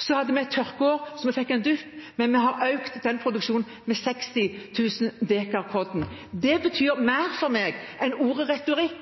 Så hadde vi et tørkeår, og vi fikk en dupp, men vi har økt produksjonen med 60 000 dekar korn. Det betyr mer for meg enn retorikk